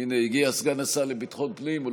הינה, הגיע סגן השר לביטחון הפנים.